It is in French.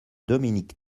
dominique